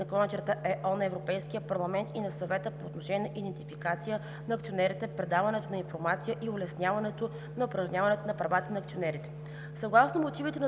2007/36/ЕО на Европейския парламент и на Съвета по отношение на идентификацията на акционерите, предаването на информация и улесняването на упражняването на правата на акционерите.